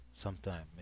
Sometime